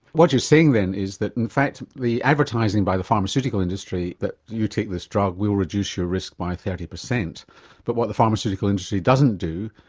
what you're saying then is that in fact the advertising by the pharmaceutical industry, that you take this drug we will reduce your risk by thirty, but what the pharmaceutical industry doesn't do,